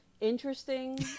interesting